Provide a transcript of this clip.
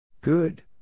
Good